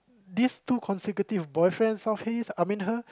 these two consecutive boyfriends of his I mean her